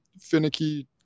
finicky